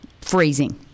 freezing